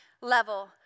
level